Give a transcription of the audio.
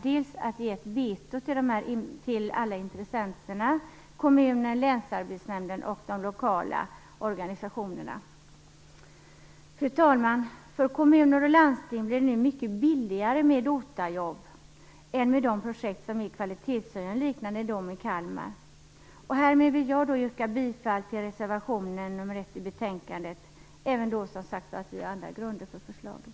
Man har gett ett veto till alla intressenter, kommuner, länsarbetsnämnden och de lokala organisationerna. Fru talman! För kommuner och landsting blir det mycket billigare med OTA-jobb än med de projekt som är kvalitetshöjande, liknande det i Kalmar. Härmed vill jag yrka bifall till reservation nr 1 i betänkandet, även om vi som sagt har andra grunder för förslaget.